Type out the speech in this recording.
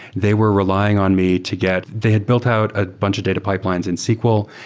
they were relying on me to get they had built out a bunch of data pipelines in sql.